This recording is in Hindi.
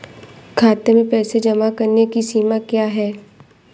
खाते में पैसे जमा करने की सीमा क्या है?